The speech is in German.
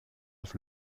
auf